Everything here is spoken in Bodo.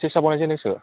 स्टेजआ बानायजेन्दोंसो